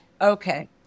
Okay